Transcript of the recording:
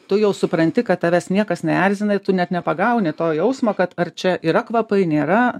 tu jau supranti kad tavęs niekas neerzina ir tu net nepagauni to jausmo kad ar čia yra kvapai nėra